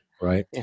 right